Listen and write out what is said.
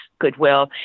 goodwill